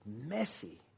messy